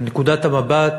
מנקודת המבט